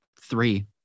three